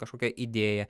kažkokią idėją